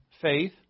faith